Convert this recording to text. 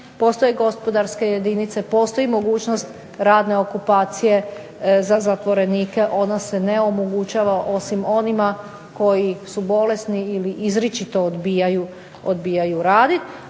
postoje gospodarske jedinice, postoji mogućnost radne okupacije za zatvorenike, ona se ne onemogućava osim onima koji su bolesni ili izričito odbijaju raditi.